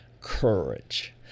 courage